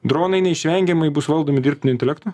dronai neišvengiamai bus valdomi dirbtiniu intelektu